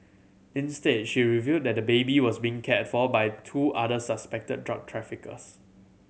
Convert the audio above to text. instead she revealed that the baby was being cared for by two other suspected drug traffickers